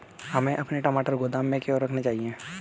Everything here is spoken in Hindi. हमें अपने टमाटर गोदाम में क्यों रखने चाहिए?